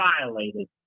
violated